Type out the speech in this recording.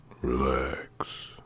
Relax